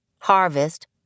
harvest